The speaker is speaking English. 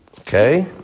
Okay